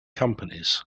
companies